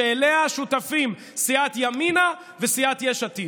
שלה שותפים סיעת ימינה וסיעת יש עתיד,